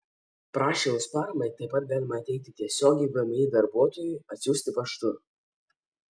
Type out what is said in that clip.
prašymus paramai taip pat galima įteikti tiesiogiai vmi darbuotojui atsiųsti paštu